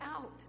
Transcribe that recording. out